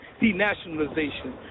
denationalization